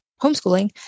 homeschooling